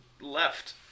left